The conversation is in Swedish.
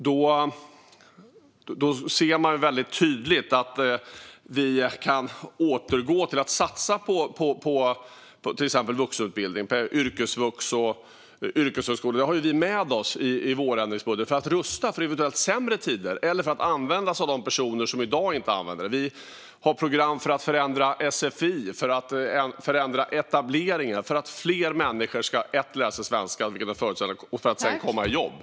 Man ser väldigt tydligt att vi kan återgå till att satsa på till exempel vuxenutbildning, yrkesvux och yrkeshögskolor. Det har vi med oss i vårändringsbudgeten för att rusta för eventuellt sämre tider eller för att detta ska användas av de personer som i dag inte använder det. Vi har program för att förändra sfi och för att förändra etableringen så att fler människor först och främst ska lära sig svenska för att få förutsättningar att sedan komma i jobb.